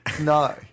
No